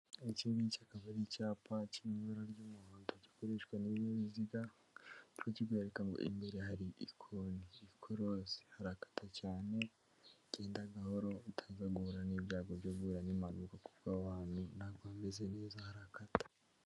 Iki ngiki akaba ari icyapa kiri mu ibara ry'umuhondo gikoreshwa n'ibinyabiziga, kikaba kikwereka ngo imbere hari ikoni, ikorosi, harakata cyane, genda gahoro, utaza guhura n'ibyago byo guhura n'impanuka kuko aho hantu ntabwo hameze neza, harakata.